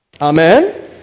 Amen